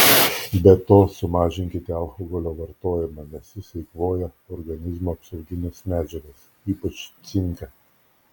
be to sumažinkite alkoholio vartojimą nes jis eikvoja organizmo apsaugines medžiagas ypač cinką